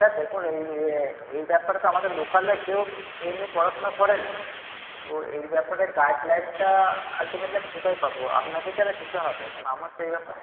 sir দেখুন এই এই ব্যাপারে তো আমাদের লোকালে কেউ এই নিয়ে পড়াশোনা করেনি তো এই ব্যাপারে গাইড লাইনটা আলটিমেটলি আমি কোথায় পাবো আপনাকেই তাহলে দিতে হবে কারণ আমার তো এই ব্যাপারে